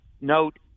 note